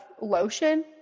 lotion